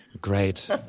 Great